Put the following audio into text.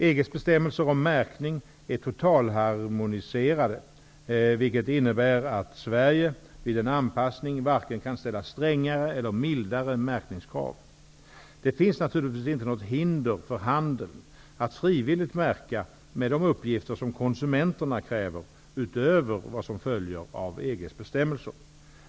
EG:s bestämmelser om märkning är totalharmoniserade, vilket innebär att Sverige vid en anpassning varken kan ställa strängare eller mildare märkningskrav. Det finns naturligtvis inte något hinder för handeln att frivilligt märka med de uppgifter som konsumenterna kräver utöver vad som följer av EG:s bestämmelser.